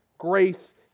grace